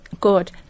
good